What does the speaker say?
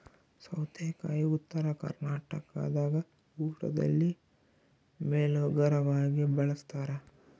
ಸೌತೆಕಾಯಿ ಉತ್ತರ ಕರ್ನಾಟಕದಾಗ ಊಟದಲ್ಲಿ ಮೇಲೋಗರವಾಗಿ ಬಳಸ್ತಾರ